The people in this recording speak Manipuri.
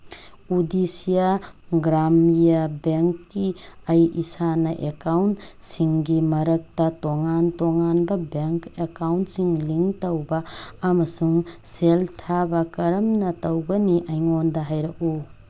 ꯎꯗꯤꯁꯤꯌꯥ ꯒ꯭ꯔꯥꯝꯌꯥ ꯕꯦꯡꯛꯀꯤ ꯑꯩ ꯏꯁꯥꯅ ꯑꯦꯀꯥꯎꯟ ꯁꯤꯡꯒꯤ ꯃꯔꯛꯇ ꯇꯣꯉꯥꯟ ꯇꯣꯉꯥꯟꯕ ꯕꯦꯡꯛ ꯑꯦꯀꯥꯎꯟꯁꯤꯡ ꯂꯤꯡꯛ ꯇꯧꯕ ꯑꯃꯁꯨꯡ ꯁꯦꯜ ꯊꯥꯕ ꯀꯔꯝꯅ ꯇꯧꯒꯅꯤ ꯑꯩꯉꯣꯟꯗ ꯍꯥꯏꯔꯛꯎ